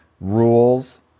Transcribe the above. rules